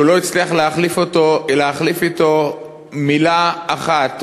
שהוא לא הצליח להחליף אתו מילה אחת.